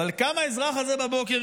קם האזרח הזה בבוקר,